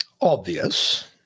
Obvious